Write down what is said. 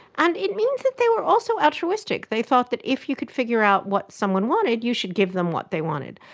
and it means that they were also altruistic, they thought that if you could figure out what someone wanted you should give them what they wanted.